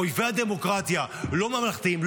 אנחנו אויבי הדמוקרטיה, לא ממלכתיים.